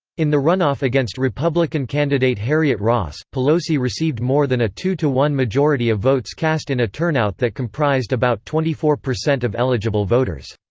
in the runoff against republican candidate harriet ross, pelosi received more than a two to one majority of votes cast in a turnout that comprised about twenty four percent of eligible voters.